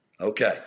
Okay